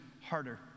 harder